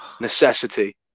necessity